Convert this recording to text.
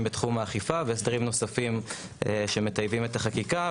בתחום האכיפה והסדרים נוספים שמטייבים את החקיקה,